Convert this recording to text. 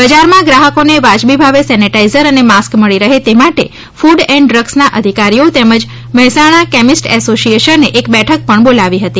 બજારમાં ગ્રાહકોને વાજબી ભાવે સેનેટાઇઝર અને માસ્ક મળી રહે તે માટે ફૂડ એન્ડ ડ્રગ્સના અધિકારીઓ તેમજ મહેસાણા કેમિસ્ટ એસોશિએશન એ એક બેઠક પણ બોલાવી હતી